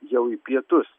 jau į pietus